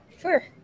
Sure